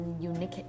unique